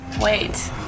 Wait